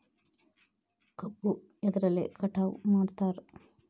ಕಬ್ಬು ಎದ್ರಲೆ ಕಟಾವು ಮಾಡ್ತಾರ್?